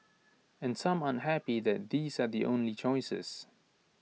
and some aren't happy that these are the only choices